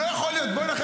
לא יכול להיות.